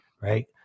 right